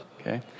Okay